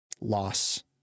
Loss